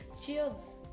Shields